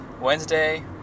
Wednesday